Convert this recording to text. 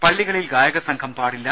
പള്ളികളിൽ ഗായകസംഘം പാടില്ല